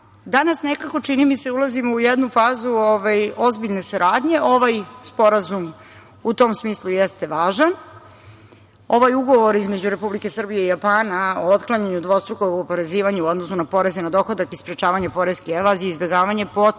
Danas nekako, čini mi se, ulazimo u jednu fazu ozbiljne saradnje. Ovaj sporazum u tom smislu jeste važan. Ovaj Ugovor između Republike Srbije i Japana o otklanjanju dvostrukog oporezivanja u odnosu na poreze na dohodak i sprečavanju poreske evazije i izbegavanja